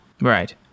Right